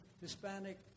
Hispanic